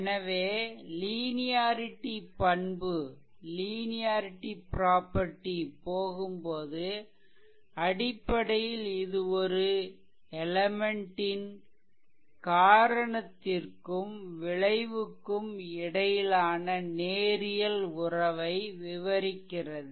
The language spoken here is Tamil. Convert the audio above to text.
எனவே லீனியாரிட்டி பண்புக்கு போகும்போது அடிப்படையில் இது ஒரு எலெமென்ட் ன் காரணத்திற்கும் விளைவுக்கும் இடையிலான ஒரு நேரியல் உறவை விவரிக்கிறது